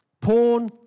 porn